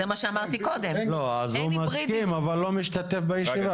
הוא מסכים לקיום הישיבה אבל לא משתתף בה.